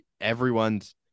everyone's